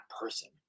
person